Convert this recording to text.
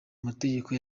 mategeko